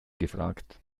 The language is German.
gefragt